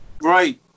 right